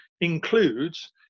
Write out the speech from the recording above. includes